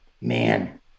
Man